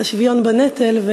השוויון בנטל,